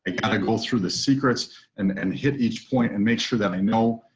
ah kind of go through the secrets and and hit each point and make sure that i know.